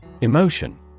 Emotion